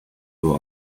who